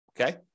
Okay